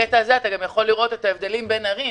בקטע הזה אפשר לראות את ההבדלים בין הערים,